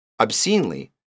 Obscenely